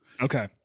Okay